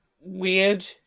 weird